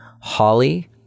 Holly